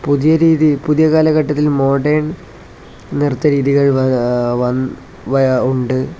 പുതിയ രീതിയിൽ പുതിയ കാലഘട്ടത്തിൽ മോഡേൺ നൃത്തരീതികൾ ഉണ്ട്